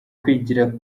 kwigira